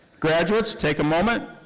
graduates, take a moment,